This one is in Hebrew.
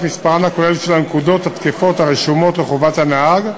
את מספרן הכולל של הנקודות התקפות הרשומות לחובת הנהג.